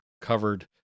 covered